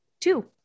two